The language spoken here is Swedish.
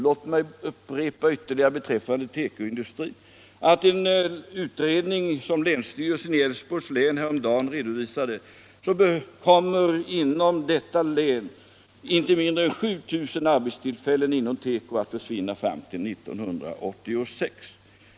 Låt mig när det gäller tekoindustrin upprepa att enligt en utredning som länsstyrelsen i Älvsborgs län häromdagen redovisade kommer 1i detta län inte mindre än 7 000 arbetstillfällen inom tekoindustrin att försvinna fram till 1986.